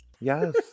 yes